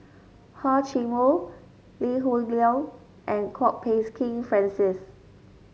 Hor Chim Or Lee Hoon Leong and Kwok Peng Kin Francis